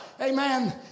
Amen